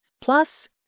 plus